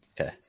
Okay